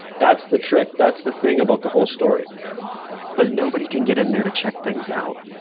that's the trick. that's the thing about the whole story but nobody can get in there to check things out.